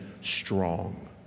strong